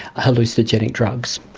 hallucinogenic drugs,